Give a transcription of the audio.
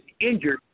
injured